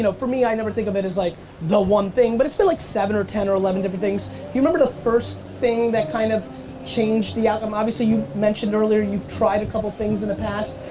you know for me i never think of it as like the one thing but it's been like seven or ten or eleven different things. do you remember the first thing that kind of changed the outcome? obviously you mentioned earlier you've tried a couple things in the past.